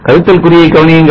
கழித்தல் குறியை கவனியுங்கள்